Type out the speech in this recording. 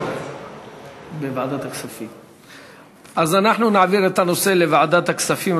אז אנחנו נעביר את הנושא לוועדת הכספים,